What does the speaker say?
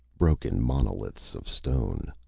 broken monoliths of stone.